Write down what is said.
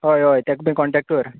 हय हय ताका बी कॉन्टेक्ट कर